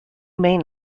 main